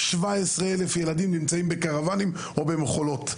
17,000 ילדים נמצאים בקרוואנים או במכולות.